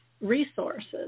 resources